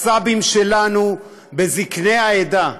בסבים שלנו, בזקני העדה,